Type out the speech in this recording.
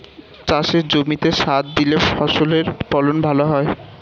চাষের জমিতে সার দিলে ফসলের ফলন ভালো হয়